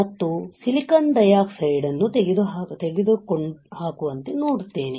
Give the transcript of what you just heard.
ಮತ್ತು silicon dioxide ಅನ್ನು ತೆಗೆದುಹಾಕುವಂತೆ ನೋಡುತ್ತೇನೆ